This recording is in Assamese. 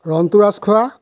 ৰন্তু ৰাজখোৱা